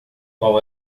qual